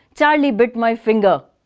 charlie bit my finger?